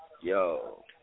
Yo